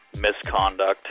misconduct